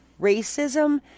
racism